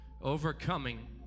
overcoming